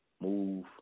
move